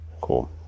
cool